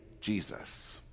Jesus